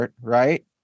right